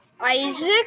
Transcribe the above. Isaac